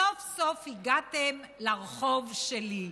סוף-סוף הגעתם לרחוב שלי.